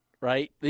right